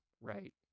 right